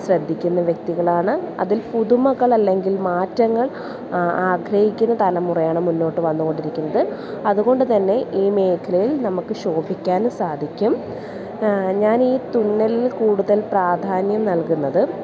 ശ്രദ്ധിക്കുന്ന വ്യക്തികളാണ് അതിൽ പുതുമകൾ അല്ലെങ്കിൽ മാറ്റങ്ങൾ ആഗ്രഹിക്കുന്ന തലമുറയാണ് മുന്നോട്ട് വന്നുകൊണ്ടിരിക്കുന്നത് അതുകൊണ്ട് തന്നെ ഈ മേഖലയിൽ നമുക്ക് ശോഭിക്കാൻ സാധിക്കും ഞാനീ തുന്നലിന് കൂടുതൽ പ്രാധാന്യം നൽകുന്നത്